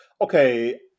okay